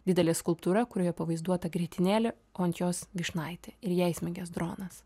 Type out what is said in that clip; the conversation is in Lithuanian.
didelė skulptūra kurioje pavaizduota grietinėlė o ant jos vyšnaitė ir į ją įsmigęs dronas